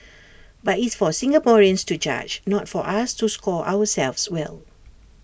but it's for Singaporeans to judge not for us to score ourselves well